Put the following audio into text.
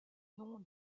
nom